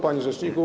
Panie Rzeczniku!